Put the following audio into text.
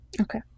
Okay